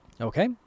okay